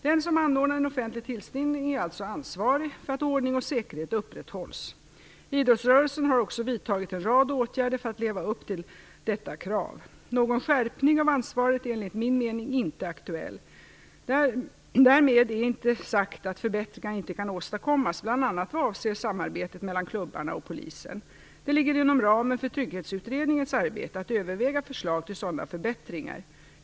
Den som anordnar en offentlig tillställning är alltså ansvarig för att ordning och säkerhet upprätthålls. Idrottsrörelsen har också vidtagit en rad åtgärder för att leva upp till detta krav. Någon skärpning av ansvaret är enligt min mening inte aktuell. Därmed är inte sagt att förbättringar inte kan åstadkommas, bl.a. vad avser samarbetet mellan klubbarna och polisen. Det ligger inom ramen för Trygghetsutredningens arbete att överväga förslag till sådana förbättringar.